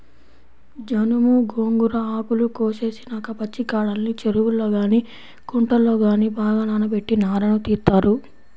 జనుము, గోంగూర ఆకులు కోసేసినాక పచ్చికాడల్ని చెరువుల్లో గానీ కుంటల్లో గానీ బాగా నానబెట్టి నారను తీత్తారు